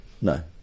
no